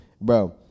Bro